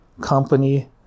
company